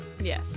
yes